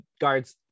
guards